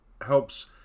helps